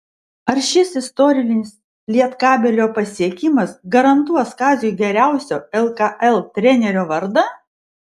ar šis istorinis lietkabelio pasiekimas garantuos kaziui geriausio lkl trenerio vardą